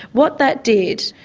what that did,